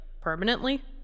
permanently